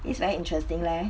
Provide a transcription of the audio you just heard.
it's very interesting leh